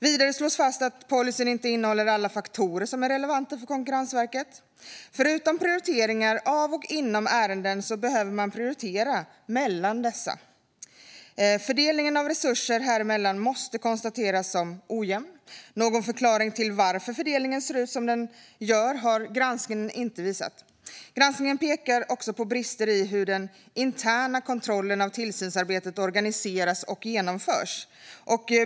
Vidare slås fast att policyn inte innehåller alla faktorer som är relevanta för Konkurrensverket. Förutom prioriteringar mellan och inom ärenden behöver man prioritera mellan konkurrenstillsyn och upphandlingstillsyn. Fördelningen av resurser häremellan måste betecknas som ojämn. Någon förklaring till varför fördelningen ser ut som den gör har inte framkommit i granskningen. Granskningen pekar också på brister i hur den interna kontrollen av tillsynsarbetet organiseras och genomförs.